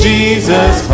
Jesus